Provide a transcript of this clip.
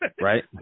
Right